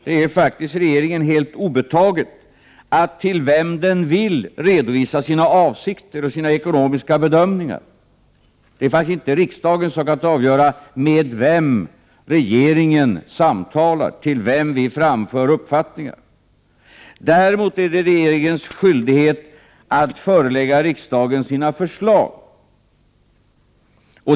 Det är faktiskt regeringen helt obetaget att till vem den vill redovisa sina avsikter och ekonomiska bedömningar. Det är inte riksdagens sak att avgöra med vem regeringen skall samtala och till vem den skall framföra uppfattningar. Däremot är det regeringens skyldighet att förelägga riksdagen sina förslag.